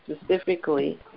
specifically